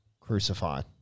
crucified